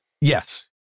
yes